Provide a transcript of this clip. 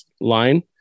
line